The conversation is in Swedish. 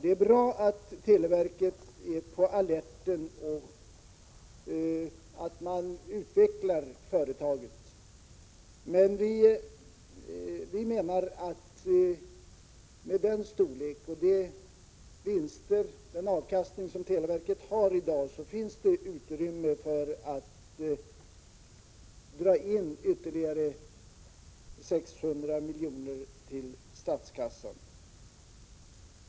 Det är bra att televerket är på alerten och att man utvecklar företaget, men vi menar att med de vinster och den avkastning televerket har i dag finns det utrymme för att dra in ytterligare 600 milj.kr. till statskassan.